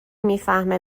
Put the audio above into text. میفهمه